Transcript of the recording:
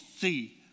see